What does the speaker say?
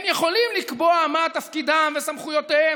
הם יכולים לקבוע מה תפקידם וסמכויותיהם